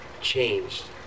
changed